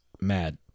mad